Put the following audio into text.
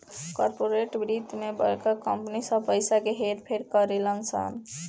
corporate वित्त मे बड़का कंपनी सब पइसा क हेर फेर करेलन सन